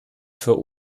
für